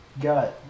got